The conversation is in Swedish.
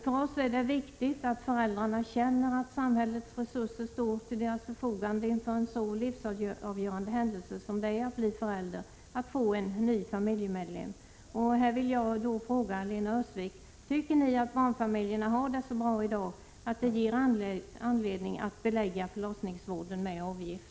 För oss är det viktigt att föräldrarna känner att samhällets resurser står till deras förfogande inför en så livsavgörande händelse som det är att bli förälder och att få en ny familjemedlem. Jag vill fråga Lena Öhrsvik: Tycker ni socialdemokrater att barnfamiljerna har det så bra i dag att detta ger anledning till att belägga förlossningsvården med avgift?